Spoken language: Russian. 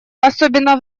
особенно